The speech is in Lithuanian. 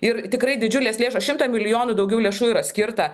ir tikrai didžiulės lėšosšimtą milijonų daugiau lėšų yra skirta